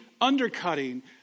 undercutting